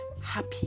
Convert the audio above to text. happy